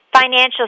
Financial